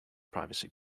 privacy